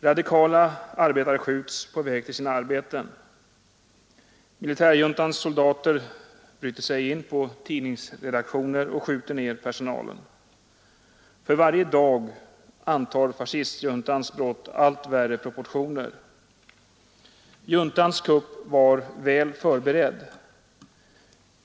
Radikala arbetare skjuts på väg till sina arbeten. Militärjuntans soldater bryter sig in på tidningsredaktioner och skjuter ned personalen. För varje dag antar fascistjuntans brott allt värre proportioner. Juntans kupp var väl förberedd.